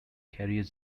carrier